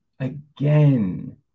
Again